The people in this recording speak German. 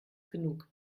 genug